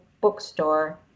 bookstore